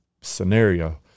scenario